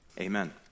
amen